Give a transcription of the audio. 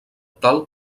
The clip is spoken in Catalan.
tal